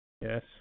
Yes